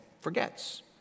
forgets